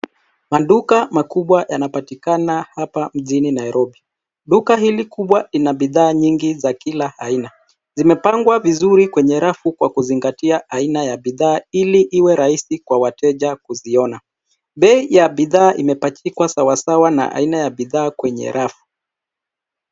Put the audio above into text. Maduka makubwa yanapatikana hapa mjini Nairobi. Duka hili kubwa ina bidhaa nyingi za kila aina. Zimepangwa vizuri kwenye rafu kwa kuzingatia aina ya bidhaa ili iwe rahisi kwa wateja kuziona. Bei ya bidhaa imepachikwa sawasawa na aina ya bidhaa kwenye rafu.